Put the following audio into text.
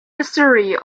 history